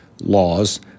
laws